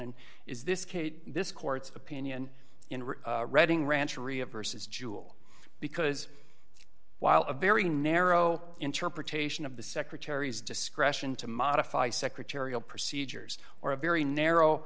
canon is this case this court's opinion in reading rancher ia versus jewel because while a very narrow interpretation of the secretary's discretion to modify secretarial procedures or a very narrow